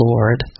Lord